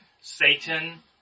Satan